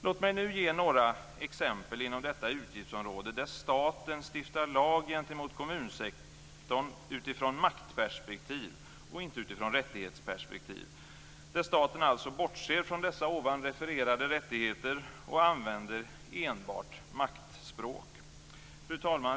Låt mig nu ge några exempel inom detta utgiftsområde där staten stiftar lag gentemot kommunsektorn utifrån maktperspektiv och inte utifrån rättighetsperspektiv, där staten alltså bortser från dessa ovan refererade rättigheter och enbart använder maktspråk.